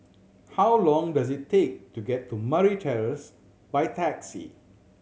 how long does it take to get to Murray Terrace by taxi